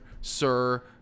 Sir